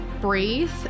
breathe